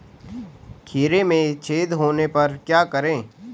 खीरे में छेद होने पर क्या करें?